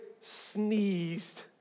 sneezed